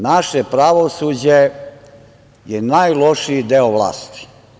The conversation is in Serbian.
Naše pravosuđe je najlošiji deo vlasti.